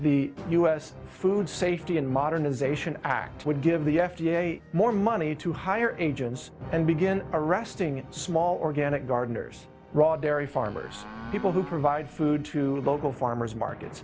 the u s food safety and modernization act would give the f d a more money to hire engines and begin arresting small organic gardeners raw dairy farmers people who provide food to local farmers markets